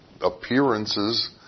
appearances